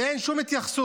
ואין שום התייחסות,